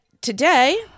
today